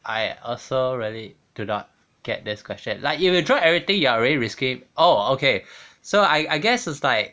I also really do not get this question like if you drop everything you are already risking oh okay so I I guess it's like